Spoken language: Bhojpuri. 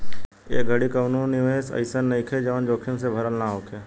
ए घड़ी कवनो निवेश अइसन नइखे जवन जोखिम से भरल ना होखे